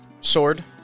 sword